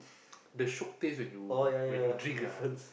the shiok taste when you when you drink ah